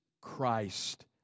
Christ